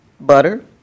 Butter